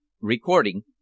Recording